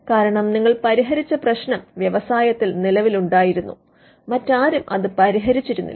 കാരണം നിങ്ങൾ പരിഹരിച്ച പ്രശ്നം വ്യവസായത്തിൽ നിലവിലുണ്ടായിരുന്നു മറ്റാരും അത് പരിഹരിച്ചിരുന്നുമില്ല